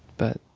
but.